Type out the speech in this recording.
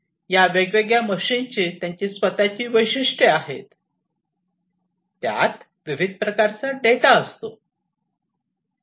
या वेगवेगळ्या मशीन्सची त्यांची स्वतःची वैशिष्ठ्य आहे विविध प्रकारचा डेटा असतो